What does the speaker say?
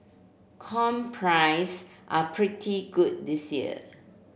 come price are pretty good this year